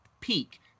peak